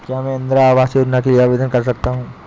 क्या मैं इंदिरा आवास योजना के लिए आवेदन कर सकता हूँ?